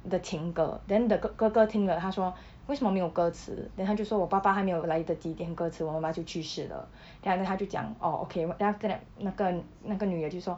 的情歌 then the 哥哥听了他说 为什么没有歌词 then 她就说我爸爸还没有来得及点歌词 then 我妈妈就去世了 then after that 他就讲 orh okay wh~ then after that 那个那个女的就说